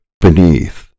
beneath